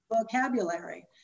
vocabulary